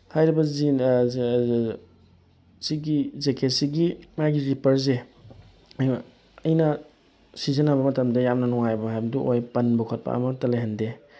ꯍꯥꯏꯔꯤꯕ ꯁꯤꯒꯤ ꯖꯦꯛꯀꯦꯠꯁꯤꯒꯤ ꯃꯥꯒꯤ ꯖꯤꯄꯔꯁꯦ ꯑꯩꯅ ꯁꯤꯖꯤꯟꯅꯕ ꯃꯇꯝꯗ ꯌꯥꯝꯅ ꯅꯨꯡꯉꯥꯏꯕ ꯍꯥꯏꯕꯗꯨ ꯑꯣꯏ ꯄꯟꯕ ꯈꯣꯠꯄ ꯑꯃꯠꯇ ꯂꯩꯍꯟꯗꯦ